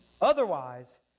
Otherwise